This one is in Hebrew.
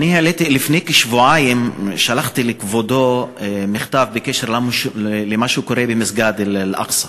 העליתי לפני כשבועיים שלחתי לכבודו מכתב בקשר למה שקורה במסגד אל-אקצא,